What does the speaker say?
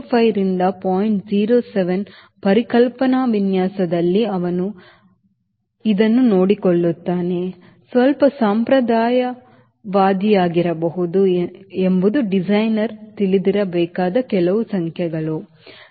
07 ಪರಿಕಲ್ಪನಾ ವಿನ್ಯಾಸದಲ್ಲಿ ಅವನು ಇದನ್ನು ನೋಡಿಕೊಳ್ಳುತ್ತಾನೆ ಸ್ವಲ್ಪ ಸಂಪ್ರದಾಯವಾದಿಯಾಗಿರಬಹುದು ಎಂಬುದು ಡಿಸೈನರ್ ತಿಳಿದಿರಬೇಕಾದ ಕೆಲವು ಸಂಖ್ಯೆಗಳು